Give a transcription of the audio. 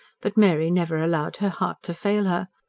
but mary never allowed her heart to fail her.